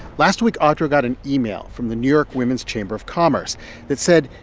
last week, audra got an email from the new york women's chamber of commerce that said,